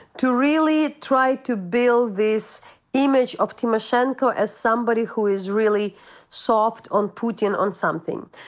to really try to build this image of tymoshenko as somebody who is really soft on putin on something.